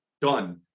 Done